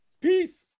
peace